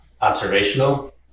observational